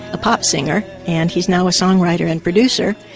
a pop singer, and he's now a songwriter and producer,